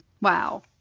Wow